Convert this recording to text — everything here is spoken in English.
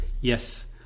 Yes